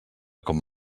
com